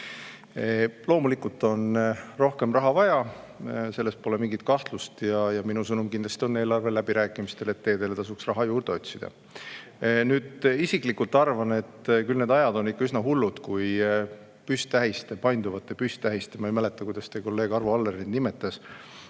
Loomulikult on rohkem raha vaja, selles pole mingit kahtlust. Minu sõnum kindlasti on eelarve läbirääkimistel, et teedele tasuks raha juurde otsida. Nüüd, isiklikult arvan küll, et need ajad on ikka üsna hullud, kui painduvate püsttähiste – ma ei mäleta, kuidas teie kolleeg Arvo Aller neid nimetas